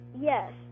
Yes